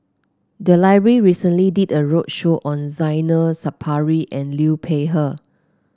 the library recently did a roadshow on Zainal Sapari and Liu Peihe